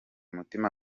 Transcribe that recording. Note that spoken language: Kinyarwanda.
mutima